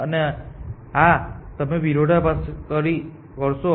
અને અને આ તમે વિરોધાભાસથી કરશો